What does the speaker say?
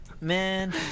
man